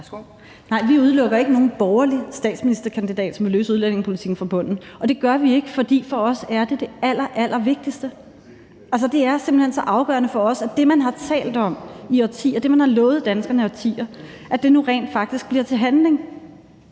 Nej, vi udelukker ikke nogen borgerlig statsministerkandidat, som vil løse udlændingepolitikken fra bunden. Og det gør vi ikke, fordi det for os er det allerallervigtigste. Altså, det er simpelt hen så afgørende for os, at det, man har talt om i årtier; at det, man har lovet danskerne i årtier, nu rent faktisk bliver til handling.